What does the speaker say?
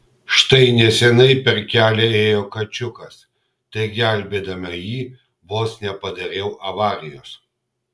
štai neseniai per kelią ėjo kačiukas tai gelbėdama jį vos nepadariau avarijos